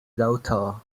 daughter